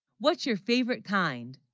what's? your favorite kind